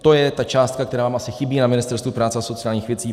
To je tak částka, která asi chybí na Ministerstvu práce a sociálních věcí.